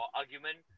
argument